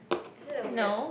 is it a weird